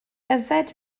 yfed